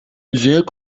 sehr